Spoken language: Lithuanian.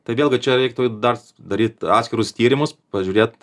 tai vėlgi čia reiktų dar daryt atskirus tyrimus pažiūrėt